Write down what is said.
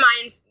mind